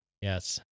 Yes